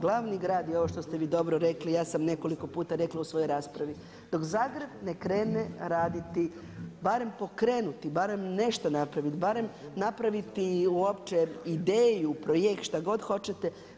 Glavni grad je ovo što ste vi dobro rekli, ja sam nekoliko puta rekla u svojoj raspravi dok Zagreb ne krene raditi, barem pokrenuti, barem nešto napraviti, barem napraviti i uopće ideju, projekt, šta god hoćete.